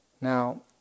Now